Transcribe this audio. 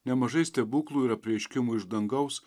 nemažai stebuklų ir apreiškimų iš dangaus